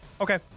Okay